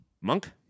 Monk